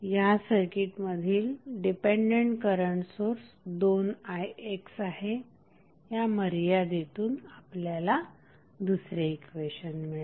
या सर्किट मधील dependent current source 2ix आहे ह्या मर्यादेतून आपल्याला दुसरे इक्वेशन मिळेल